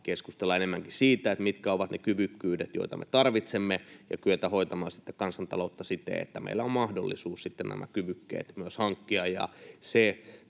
keskustella enemmänkin siitä, mitkä ovat ne kyvykkyydet, joita me tarvitsemme, ja kyetä hoitamaan sitten kansantaloutta siten, että meillä on mahdollisuus sitten nämä kyvykkyydet myös hankkia. Ja se